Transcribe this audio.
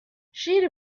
she